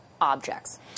objects